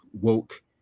woke